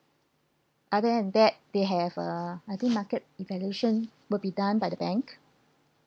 other than that they have uh I think market evaluation will be done by the bank